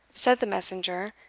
said the messenger,